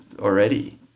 already